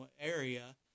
area